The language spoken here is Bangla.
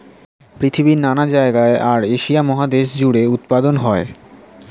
পৃথিবীর নানা জায়গায় আর এশিয়া মহাদেশ জুড়ে উৎপাদন হয়